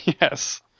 Yes